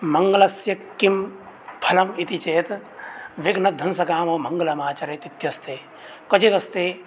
मङ्गलस्य किं फलम् इति चेत् विघ्नध्वंसकामो मङ्गलमाचरेत् इत्यस्ति क्वचिदस्ति